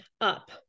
up